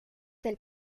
del